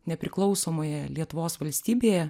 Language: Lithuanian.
nepriklausomoje lietuvos valstybėje